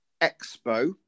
expo